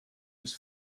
was